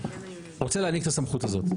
רוצה להעניק את הסמכות הזאת.